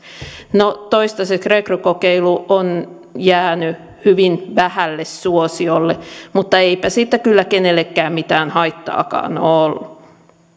no toistaiseksi rekrykokeilu on jäänyt hyvin vähälle suosiolle mutta eipä siitä kyllä kenellekään mitään haittaakaan ole ollut